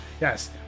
Yes